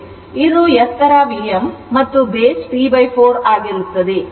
ಇದು ಎತ್ತರವು Vm ಮತ್ತು base T 4 ಆಗಿರುತ್ತದೆ